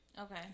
Okay